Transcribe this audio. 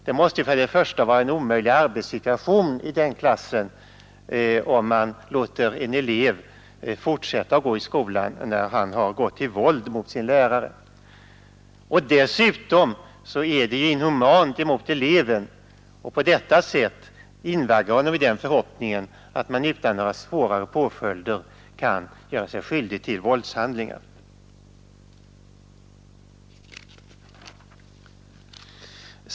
Det måste ju för det första bli en omöjlig arbetssituation i den klassen, om man låter en elev fortsätta att gå i skolan efter det att han har tillgripit våld mot sin lärare. För det andra är det inhumant mot eleven att på detta sätt invagga honom i tron att man utan några svårare påföljder kan göra sig skyldig till våldshandlingar.